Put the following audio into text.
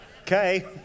Okay